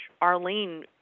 arlene